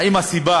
האם הסיבה